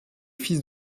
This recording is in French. fils